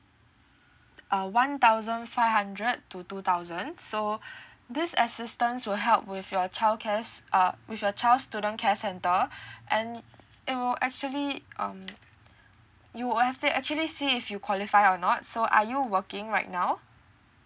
uh one thousand five hundred to two thousand so this assistance will help with your child care's uh with your child student care centre and it will actually um you will have say actually see if you qualify or not so are you working right now